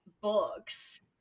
books